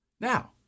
Now